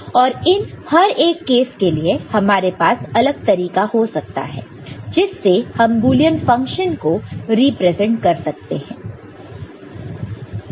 और इन हर एक केस के लिए हमारे पास अलग तरीका हो सकता है जिससे हम बुलियन फंक्शन को रिप्रेजेंट कर सकते हैं